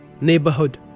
neighborhood